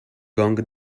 gong